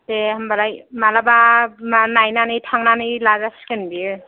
दे होनबालाय मालाबा मा नायनानै थांनानै लाजासिगोन बियो